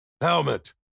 Helmet